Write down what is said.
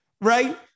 right